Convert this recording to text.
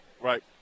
Right